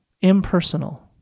impersonal